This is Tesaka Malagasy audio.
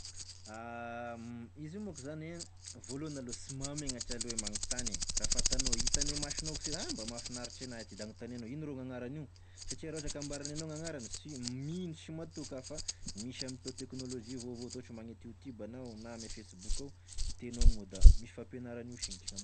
Izy io manko zany a, voalohany aloha sy mahamegnatry aloha e magnontany e, raha fatanao hitan'ny masonao ko se ah mba mafinaritry anahy ity da agnontanianao ino rô gn'agnaranio? Satria raha ohatry ka ambarany anao gn'agnarany s- mino sy mahatoky ah fa misy ame toa teknolojia vaovao toa ohatry magnety youtube anao na ame facebook ao, hitenao moa da misy fampianaran'io singitry gn'amignao